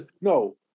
No